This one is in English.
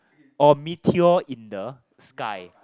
oh Meteor in the sky